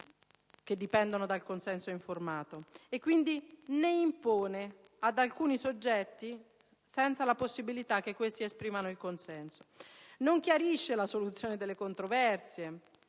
che dipendono dal consenso informato e quindi li impone ad alcuni soggetti, senza la possibilità che questi esprimano un consenso; non chiarisce la soluzione delle controversie